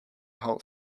whole